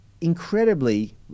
incredibly